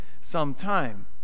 sometime